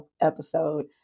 episode